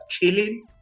killing